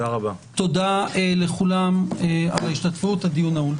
תודה לכולם על ההשתתפות, הישיבה נעולה.